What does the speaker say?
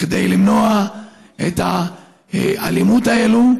כדי למנוע את האלימות הזאת,